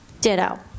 Ditto